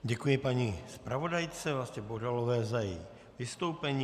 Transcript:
Děkuji paní zpravodajce Vlastě Bohdalové za její vystoupení.